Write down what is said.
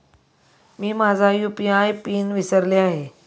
मी माझा UPI pin विसरले आहे